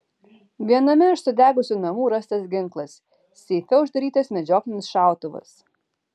viename iš sudegusių namų rastas ginklas seife uždarytas medžioklinis šautuvas